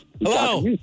Hello